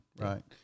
Right